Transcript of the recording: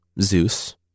Zeus